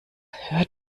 hör